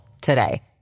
today